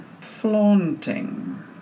flaunting